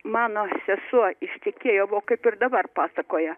mano sesuo ištekėjo buvo kaip ir dabar pasakoja